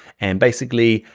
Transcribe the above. and basically,